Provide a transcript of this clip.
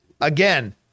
Again